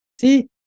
See